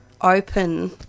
open